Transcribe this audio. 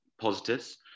positives